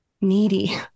needy